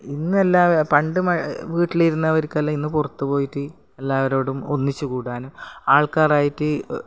ഇന്നെല്ലാവരും പണ്ട് വീട്ടിലിരുന്നവർക്കെല്ലാം ഇന്നു പുറത്തു പോയിട്ട് എല്ലാവരോടും ഒന്നിച്ചു കൂടാനും ആൾക്കാരായിട്ട്